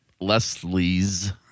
Leslie's